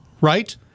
right